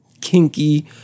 kinky